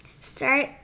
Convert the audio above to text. Start